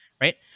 right